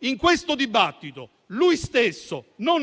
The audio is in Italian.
in questo dibattito, non